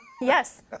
yes